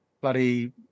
bloody